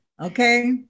Okay